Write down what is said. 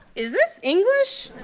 is this english?